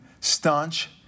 staunch